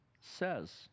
says